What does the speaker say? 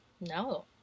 No